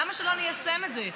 למה שלא ניישם את זה?